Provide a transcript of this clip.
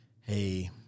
hey